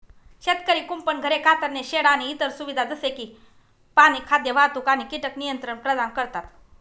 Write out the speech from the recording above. शेतकरी कुंपण, घरे, कातरणे शेड आणि इतर सुविधा जसे की पाणी, खाद्य, वाहतूक आणि कीटक नियंत्रण प्रदान करतात